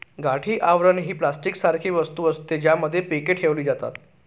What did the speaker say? गाठी आवरण ही प्लास्टिक सारखी वस्तू असते, ज्यामध्ये पीके ठेवली जातात